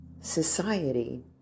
Society